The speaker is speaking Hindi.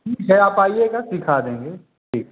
इधर आप आईएगा सिखा देंगे ठीक